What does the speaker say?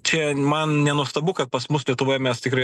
čia man nenuostabu kad pas mus lietuvoj mes tikrai